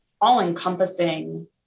all-encompassing